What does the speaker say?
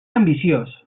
ambiciós